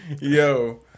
Yo